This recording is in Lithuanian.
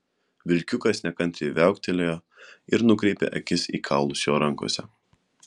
vilkiukas nekantriai viauktelėjo ir nukreipė akis į kaulus jo rankose